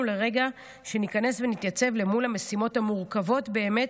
לרגע שניכנס ונתייצב מול המשימות המורכבות באמת,